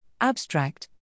Abstract